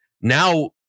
now